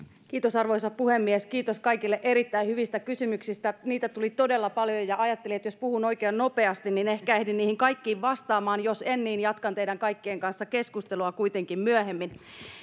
kiitos arvoisa puhemies kiitos kaikille erittäin hyvistä kysymyksistä niitä tuli todella paljon ja ajattelin että jos puhun oikein nopeasti niin ehkä ehdin niihin kaikkiin vastaamaan jos en niin jatkan teidän kaikkien kanssa keskustelua kuitenkin myöhemmin